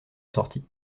sortie